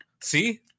See